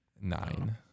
Nine